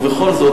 ובכל זאת,